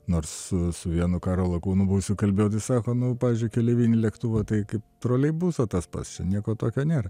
nors su vienu karo lakūnu buvusiu kalbėjau tai sako nu pavyzdžiui keleivinį lėktuvą tai kaip troleibusą tas pats čia nieko tokio nėra